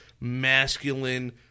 masculine